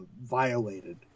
violated